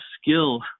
skill